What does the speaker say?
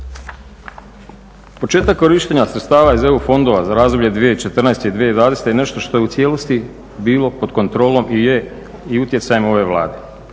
Početak korištenja sredstava iz EU fondova za razdoblje 2011.-2020. je nešto što je u cijelosti bilo pod kontrolom, i je utjecajem ove Vlade.